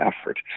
effort